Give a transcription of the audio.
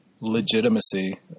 legitimacy